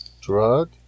Drug